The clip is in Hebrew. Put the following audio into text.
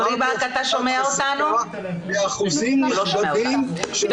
אמרתי הפחתת חשיפה באחוזים נכבדים של